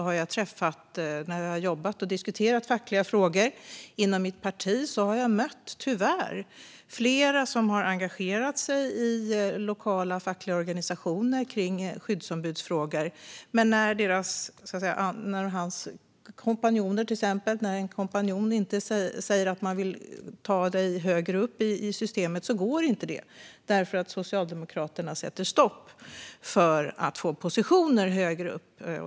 När jag har jobbat med och diskuterat fackliga frågor inom mitt parti har jag mött flera personer som har engagerat sig i lokala fackliga organisationer och skyddsombudsfrågor. När till exempel en kompanjon säger att man inte vill ta något högre upp i systemet går det tyvärr inte för att Socialdemokraterna sätter stopp. De gör det för att få positioner högre upp.